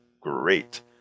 Great